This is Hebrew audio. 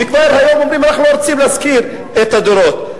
וכבר היום אומרים: אנחנו לא רוצים להשכיר את הדירות.